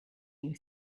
new